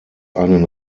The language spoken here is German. einen